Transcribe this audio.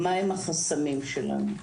מה הם החסמים שלנו?